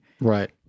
Right